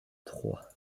trois